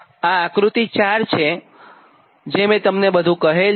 આ આક્રૃત્તિ 4 છે જે મેં તમને બધું કહેલ છે